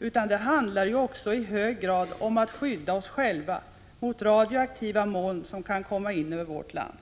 utan det handlar också i hög grad om att skydda oss själva mot radioaktiva moln, som kan komma in över vårt land.